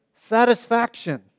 satisfaction